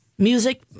music